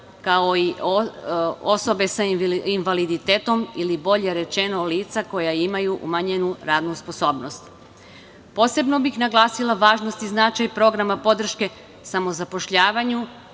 kao i osobe sa invaliditetom, ili bolje rečeno lica koja imaju umanjenu radnu sposobnost. Posebno bih naglasila važnost i značaj programa podrške samozapošljavanju,